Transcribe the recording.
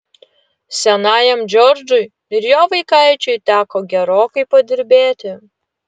senajam džordžui ir jo vaikaičiui teko gerokai padirbėti